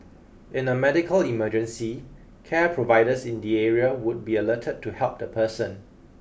in a medical emergency care providers in the area would be alerted to help the person